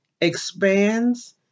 expands